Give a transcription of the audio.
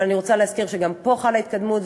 אבל אני רוצה להזכיר שגם פה חלה התקדמות,